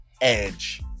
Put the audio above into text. Edge